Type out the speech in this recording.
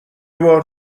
بار